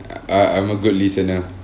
uh I'm a good listener